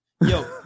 Yo